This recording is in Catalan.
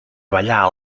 ballar